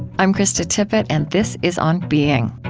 i'm krista tippett, and this is on being